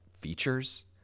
features